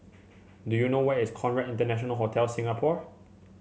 do you know where is Conrad International Hotel Singapore